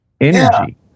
energy